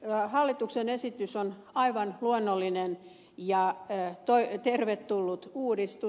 tämä hallituksen esitys on aivan luonnollinen ja tervetullut uudistus